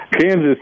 Kansas